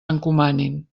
encomanin